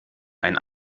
ein